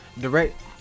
Direct